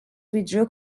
withdrew